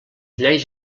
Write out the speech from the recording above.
lleis